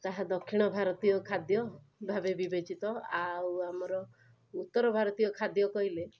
ତାହା ଦକ୍ଷିଣ ଭାରତୀୟ ଖାଦ୍ୟ ଭାବେ ବିବେଚିତ ଆଉ ଆମର ଉତ୍ତର ଭାରତୀୟ ଖାଦ୍ୟ କହିଲେ